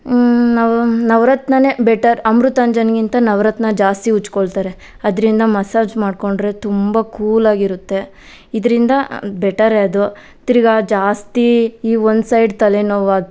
ನವ ನವರತ್ನನೇ ಬೆಟರ್ ಅಮೃತಾಂಜನ್ಗಿಂತ ನವರತ್ನ ಜಾಸ್ತಿ ಉಜ್ಕೊಳ್ತಾರೆ ಅದರಿಂದ ಮಸಾಜ್ ಮಾಡಿಕೊಂಡ್ರೆ ತುಂಬ ಕೂಲ್ ಆಗಿರುತ್ತೆ ಇದರಿಂದ ಬೆಟರೆ ಅದು ತಿರ್ಗಾ ಜಾಸ್ತಿ ಈ ಒಂದು ಸೈಡ್ ತಲೆನೋವು ಅದು